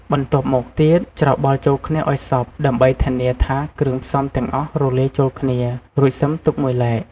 បន្ទាប់មកទៀត ច្របល់ចូលគ្នាឱ្យសព្វ ដើម្បីធានាថាគ្រឿងផ្សំទាំងអស់រលាយចូលគ្នា រួចសិមទុកមួយឡែក។